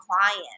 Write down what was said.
client